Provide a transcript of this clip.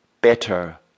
better